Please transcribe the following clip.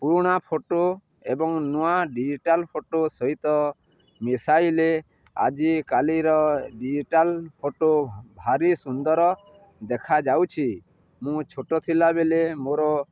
ପୁରୁଣା ଫଟୋ ଏବଂ ନୂଆ ଡିଜିଟାଲ୍ ଫଟୋ ସହିତ ମିଶାଇଲେ ଆଜି କାଲିର ଡିଜିଟାଲ ଫଟୋ ଭାରି ସୁନ୍ଦର ଦେଖାଯାଉଛି ମୁଁ ଛୋଟ ଥିଲା ବେଲେ ମୋର